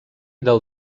del